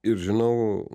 ir žinau